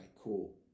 cool